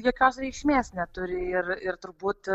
jokios reikšmės neturi ir ir turbūt